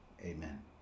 Amen